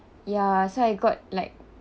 ya so I got like